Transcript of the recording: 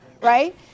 right